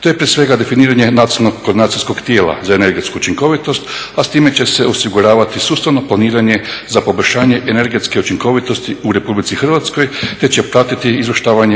To je prije svega definiranje nacionalnog …/Govornik se ne razumije./… tijela za energetsku učinkovitost, a s time će se osiguravati sustavno planiranje za poboljšanje energetske učinkovitosti u Republici Hrvatskoj te će pratiti …/Govornik